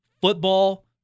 Football